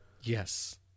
Yes